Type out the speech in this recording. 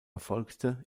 erfolgte